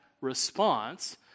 response